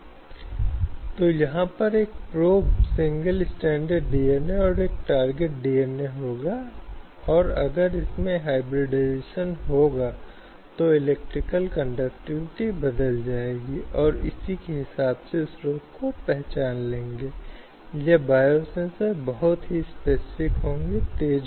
तो कुल मिलाकर कार्यस्थल पर यौन उत्पीड़न एक बहुत ही जटिल और एकीकृत समस्या बन जाती है जहाँ महिलाओं के लिए वास्तव में अपनी आवाज़ उठाना विरोध करना या कुछ प्रकार के व्यवहार पर आपत्ति करना बहुत मुश्किल हो जाता है